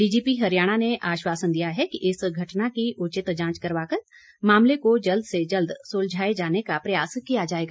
DGP Haryana ने आश्वासन दिया है कि इस घटना की उचित जांच करवाकर मामले को जल्द से जल्द सुलझाए जाने का प्रयास किया जाएगा